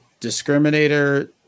discriminator